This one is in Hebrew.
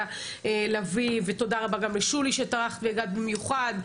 לביא ותודה רבה גם לשולי שטרחת והגעת במיוחד,